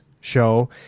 show